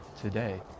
today